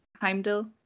Heimdall